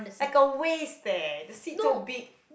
like a waste eh the seed so big